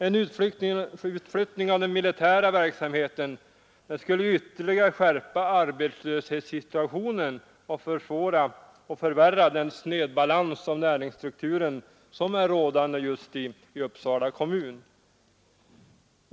En utflyttning av den militära verksamheten skulle ytterligare skärpa arbetslöshetssituationen och förvärra den snedbalans av näringsstrukturen som är rådande i Uppsala kommun.